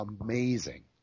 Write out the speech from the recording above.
amazing